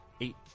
eight